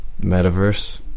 Metaverse